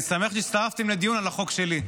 אני שמח שהצטרפתם לדיון על החוק שלי.